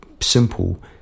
simple